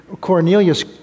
Cornelius